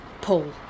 Paul